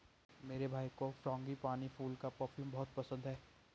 मेरे भाई को फ्रांगीपानी फूल का परफ्यूम बहुत पसंद है